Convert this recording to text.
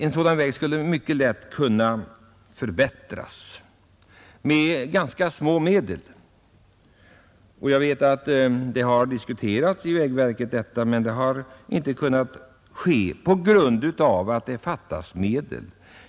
En sådan väg skulle mycket lätt kunna förbättras med ganska små medel. Jag vet att detta har diskuterats i vägverket, men förbättringar har inte kunnat göras på grund av att det har fattats medel.